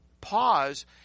pause